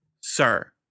sir